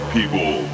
People